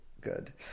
good